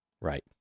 Right